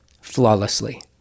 flawlessly